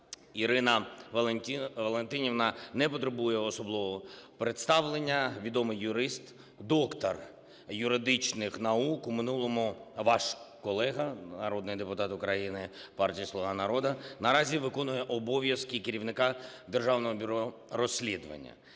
Ірина Валентинівна не потребує особливого представлення. Відомий юрист, доктор юридичних наук, у минулому ваша колега народний депутат України партії "Слуга народу", наразі виконує обов'язки керівника Державного бюро розслідувань.